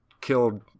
killed